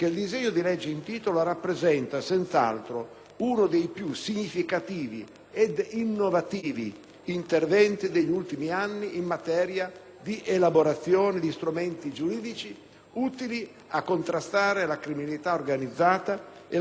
uno dei più significativi ed innovativi interventi degli ultimi anni in materia di elaborazione di strumenti giuridici utili a contrastare la criminalità organizzata e la sua infiltrazione nell'economia legale.